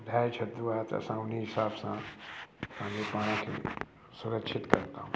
ॿुधाए छॾंदो आहे त असां उन हिसाब सां पंहिंजे पाण खे सुरक्षित कंदा आहियूं